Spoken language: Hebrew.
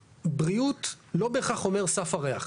בריאות לא בהכרח אומר סף הריח.